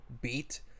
beat